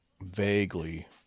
Vaguely